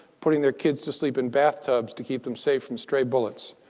putting their kids to sleep in bathtubs to keep them safe from stray bullets.